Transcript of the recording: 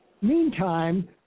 Meantime